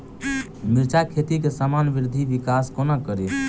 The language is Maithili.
मिर्चा खेती केँ सामान्य वृद्धि विकास कोना करि?